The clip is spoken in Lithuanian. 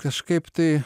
kažkaip tai